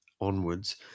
onwards